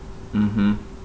mmhmm